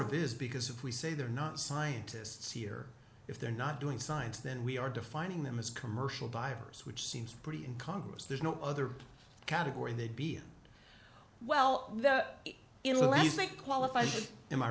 of is because if we say they're not scientists here if they're not doing science then we are defining them as commercial divers which seems pretty in congress there's no other category they'd be well the elastic qualified in my